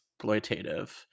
exploitative